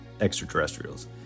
extraterrestrials